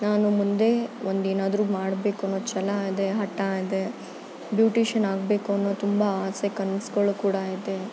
ನಾನು ಮುಂದೆ ಒಂದು ಏನಾದರೂ ಮಾಡಬೇಕನ್ನೋ ಛಲ ಇದೆ ಹಠ ಇದೆ ಬ್ಯೂಟಿಷಿಯನ್ ಆಗಬೇಕು ಅನ್ನೋ ತುಂಬ ಆಸೆ ಕನ್ಸುಗಳು ಕೂಡ ಇದೆ